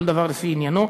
כל דבר לפי עניינו.